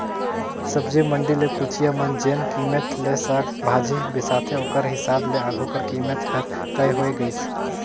सब्जी मंडी ले कोचिया मन जेन कीमेत ले साग भाजी बिसाथे ओकर हिसाब ले आघु कर कीमेत हर तय होए गइस